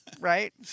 Right